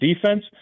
defense